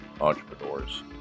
entrepreneurs